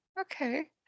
Okay